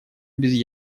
без